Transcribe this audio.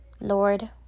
Lord